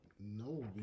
No